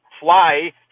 fly